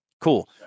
Cool